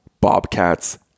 bobcats